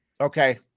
okay